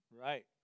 Right